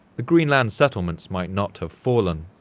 the greenland settlements might not have fallen.